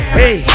hey